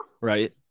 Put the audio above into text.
right